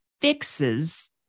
fixes